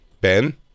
Ben